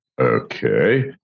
Okay